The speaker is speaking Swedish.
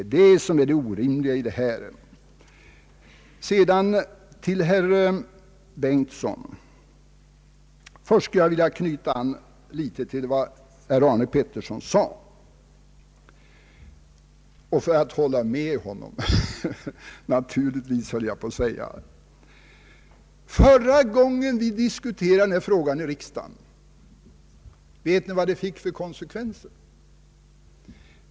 Detta är det orimliga i det hela. Jag vill anknyta till vad herr Arne Pettersson sade och hålla med honom, naturligtvis, höll jag på att säga. Vet ni vad det blev för konsekvenser förra gången vi diskuterade denna fråga i riksdagen?